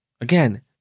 Again